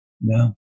No